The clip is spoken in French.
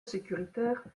sécuritaire